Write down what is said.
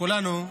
כולנו.